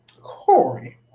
Corey